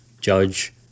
judge